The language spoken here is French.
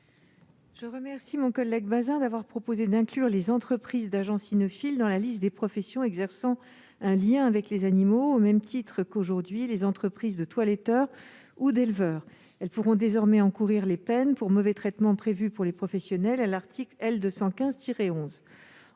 Je remercie mon collègue Arnaud Bazin de proposer d'inclure les entreprises d'agents cynophiles dans la liste des professions exerçant en lien avec les animaux, au même titre que les entreprises de toiletteurs ou d'éleveurs aujourd'hui. Elles pourront désormais encourir les peines pour mauvais traitements prévues à l'article L. 215-11